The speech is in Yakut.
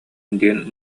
диэн